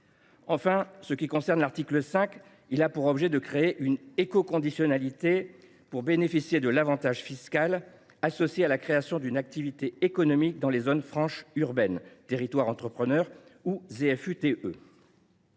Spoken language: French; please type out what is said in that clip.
Enfin, l’article 5 a pour objet de créer une écoconditionalité relative à l’avantage fiscal associé à la création d’une activité économique dans les zones franches urbaines territoires entrepreneurs (ZFU TE).